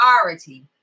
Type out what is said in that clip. priority